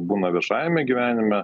būna viešajame gyvenime